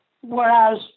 whereas